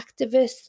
activists